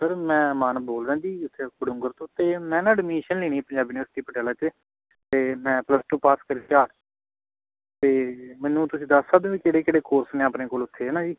sir ਮੈਂ ਮਾਨ ਬੋਲ ਰਿਹਾ ਜੀ ਇੱਥੇ ਬਡੂੰਗਰ ਤੋਂ ਅਤੇ ਮੈਂ ਨਾ ਐਡਮਿਸ਼ਨ ਲੈਣੀ ਪੰਜਾਬੀ ਯੂਨੀਵਰਸਿਟੀ ਪਟਿਆਲਾ 'ਚ ਅਤੇ ਮੈਂ ਪਲੱਸ ਟੂ ਪਾਸ ਕਰੀ ਆ ਅਤੇ ਮੈਨੂੰ ਤੁਸੀਂ ਦੱਸ ਸਕਦੇ ਹੋ ਵੀ ਕਿਹੜੇ ਕਿਹੜੇ ਕੋਰਸ ਨੇ ਆਪਣੇ ਕੋਲ ਉੱਥੇ ਹੈ ਨਾ ਜੀ